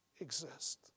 exist